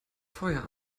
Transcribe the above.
feuer